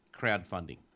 crowdfunding